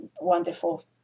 wonderful